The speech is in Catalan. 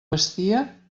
vestia